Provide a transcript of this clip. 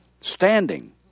Standing